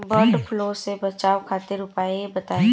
वड फ्लू से बचाव खातिर उपाय बताई?